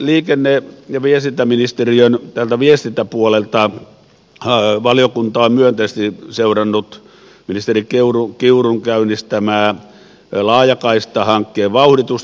liikenne ja viestintäministeriön viestintäpuolelta valiokunta on myönteisesti seurannut ministeri kiurun käynnistämää laajakaistahankkeen vauhditusta